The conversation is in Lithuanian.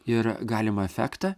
ir galimą efektą